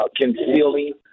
concealing